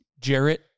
Jarrett